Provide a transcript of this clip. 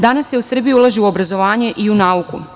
Danas se u Srbiji ulaže u obrazovanje i u nauku.